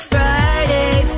Friday